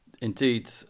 Indeed